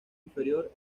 inferior